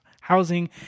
housing